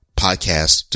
podcast